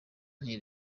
nti